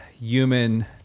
human